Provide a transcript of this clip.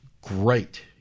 great